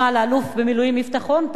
האלוף במילואים יפתח רון-טל,